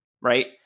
right